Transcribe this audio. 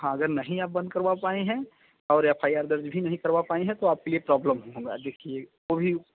हाँ अगर नहीं आप बंद करवा पाई हैं और एफ आई आर दर्ज भी नहीं दर्ज करवा पाई हैं तो आपके लिए ये प्रॉब्लम होगा